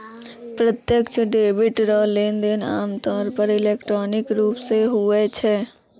प्रत्यक्ष डेबिट रो लेनदेन आमतौर पर इलेक्ट्रॉनिक रूप से हुवै छै